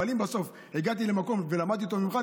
אבל אם בסוף הגעתי למקום ולמדתי אותו ממך,